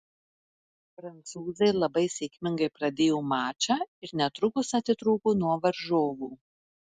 prancūzai labai sėkmingai pradėjo mačą ir netrukus atitrūko nuo varžovų